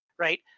Right